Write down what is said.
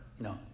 No